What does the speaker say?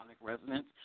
resonance